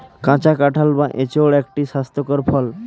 কাঁচা কাঁঠাল বা এঁচোড় একটি স্বাস্থ্যকর ফল